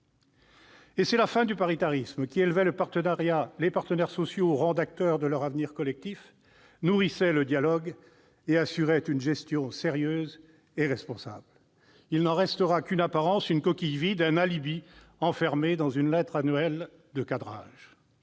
C'est la fin du paritarisme, qui élevait les partenaires sociaux au rang d'acteurs de leur avenir collectif, nourrissait le dialogue et assurait une gestion sérieuse et responsable. Il n'en restera qu'une apparence, une coquille vide, un alibi enfermé dans une lettre annuelle de cadrage.